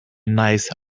nice